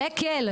שקל.